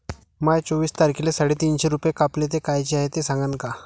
माये चोवीस तारखेले साडेतीनशे रूपे कापले, ते कायचे हाय ते सांगान का?